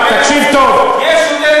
יש את אבו מאזן.